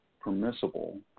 permissible